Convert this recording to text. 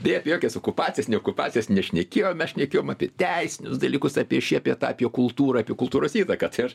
beje apie jokias okupacijas ne okupacijas nešnekėjom mes šnekėjom apie teisinius dalykus apie šį apie tą apie kultūrą apie kultūros įtaką tai aš